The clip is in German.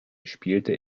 spielte